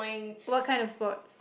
what kind of sports